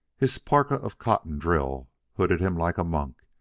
his parka of cotton drill hooded him like a monk,